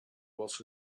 was